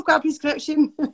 prescription